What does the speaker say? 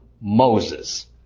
Moses